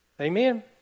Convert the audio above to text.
Amen